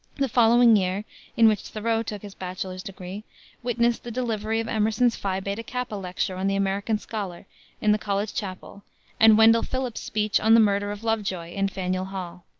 the following year in which thoreau took his bachelor's degree witnessed the delivery of emerson's phi beta kappa lecture on the american scholar in the college chapel and wendell phillips's speech on the murder of lovejoy in faneuil hall.